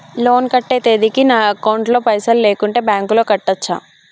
Loan కట్టే తేదీకి నా అకౌంట్ లో పైసలు లేకుంటే బ్యాంకులో కట్టచ్చా?